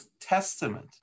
Testament